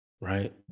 right